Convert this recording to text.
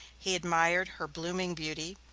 he admired her blooming beauty,